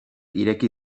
ireki